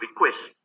request